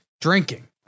Drinking